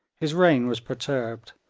his reign was perturbed,